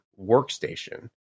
workstation